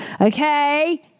Okay